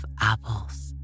apples